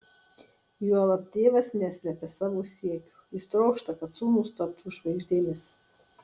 juolab tėvas neslepia savo siekio jis trokšta kad sūnūs taptų žvaigždėmis